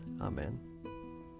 Amen